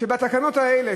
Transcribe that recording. שבתקנות האלה,